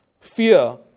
fear